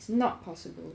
it's not possible